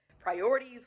priorities